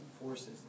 forces